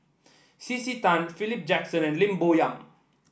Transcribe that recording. C C Tan Philip Jackson and Lim Bo Yam